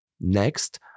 Next